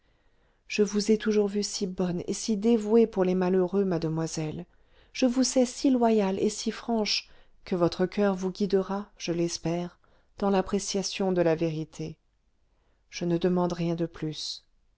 je vous ai toujours vue si bonne et si dévouée pour les malheureux mademoiselle je vous sais si loyale et si franche que votre coeur vous guidera je l'espère dans l'appréciation de la vérité je ne demande rien de plus